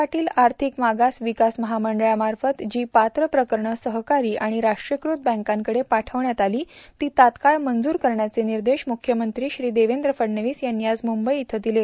अण्णासाहेब पाटील आर्थिक मागास विकास महामंडळामार्फत जी पात्र प्रकरणं सहकारी आणि राष्ट्रीयकृत बँकांकडं पाठविण्यात आली ती तात्काळ मंजूर करण्याचे निर्देश मुख्यमंत्री श्री देवेंद्र फडणवीस यांनी आज मुंबई इथं दिले